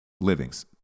livings